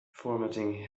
formatting